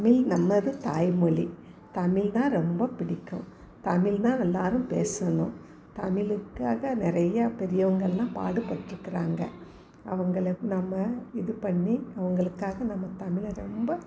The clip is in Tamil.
தமிழ் நமது தாய்மொழி தமிழ் தான் ரொம்ப பிடிக்கும் தமிழ் தான் எல்லோரும் பேசணும் தமிழுக்காக நிறையா பெரியவங்கள்லாம் பாடுபட்டுருக்குறாங்க அவங்கள நம்ம இது பண்ணி அவங்களுக்காக நம்ம தமிழை ரொம்ப